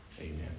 amen